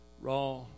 raw